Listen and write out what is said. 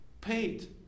paid